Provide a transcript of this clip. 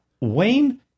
Wayne